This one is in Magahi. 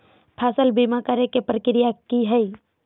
फसल बीमा करे के प्रक्रिया का हई?